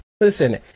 listen